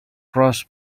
cross